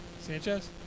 Sanchez